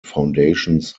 foundations